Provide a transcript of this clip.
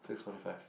six forty five